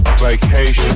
vacation